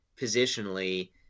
positionally